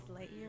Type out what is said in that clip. Lightyear